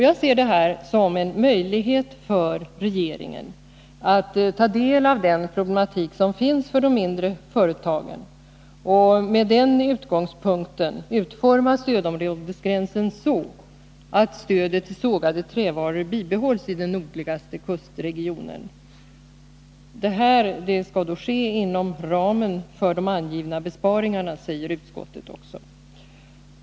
Jag ser det här som en möjlighet för regeringen att ta del av den problematik som finns för de mindre företagen och med den utgångspunkten utforma stödområdesgränsen så, att stödet till sågade trävaror bibehålls i den nordligaste kustregionen. Detta skall ske inom ramen för de angivna besparingarna, säger utskottet också.